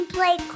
Play